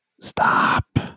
Stop